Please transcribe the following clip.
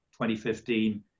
2015